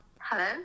Hello